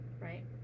right